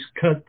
cut